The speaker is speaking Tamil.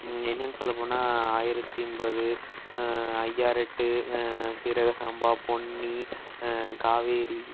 என்னனு சொல்லப் போனா ஆயிரத்தி ஒம்போது அய்யா எட்டு சீரக சம்பா பொன்னி காவேரி